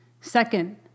Second